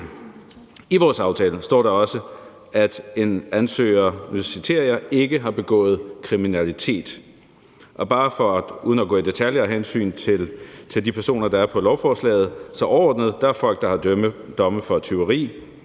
I vores aftale står der også, at en ansøger – og nu citerer jeg – »ikke har begået kriminalitet«. Uden at gå i detaljer af hensyn til de personer, der er på lovforslaget, vil jeg bare sige overordnet, at der er folk, der har domme for tyveri,